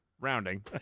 rounding